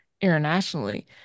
internationally